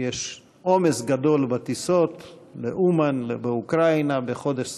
יש עומס גדול בטיסות לאומן באוקראינה בחודש ספטמבר,